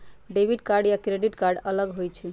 Debit card या credit card अलग होईछ ई?